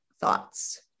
thoughts